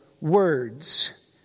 words